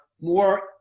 more